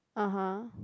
(uh huh)